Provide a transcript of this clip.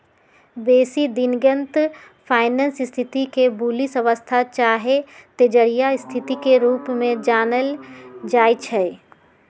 बेशी दिनगत फाइनेंस स्थिति के बुलिश अवस्था चाहे तेजड़िया स्थिति के रूप में जानल जाइ छइ